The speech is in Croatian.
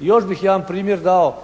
I još bih jedan primjer dao